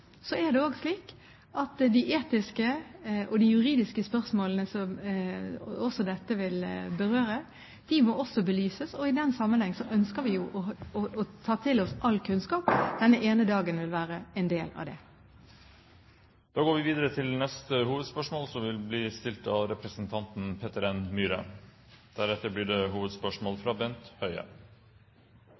Så er det slik at de etiske og juridiske spørsmålene som dette vil berøre, også må belyses. Og i den sammenheng ønsker vi jo å ta til oss all kunnskap. Denne ene dagen vil være en del av det. Da går vi videre til neste hovedspørsmål. Jeg har et spørsmål til forsvarsministeren. Vi har alle med stigende uro fulgt med i situasjonen som har oppstått etter at det